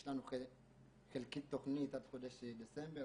יש לנו חלקי תכניות עד חודש דצמבר,